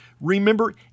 remember